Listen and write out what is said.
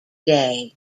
day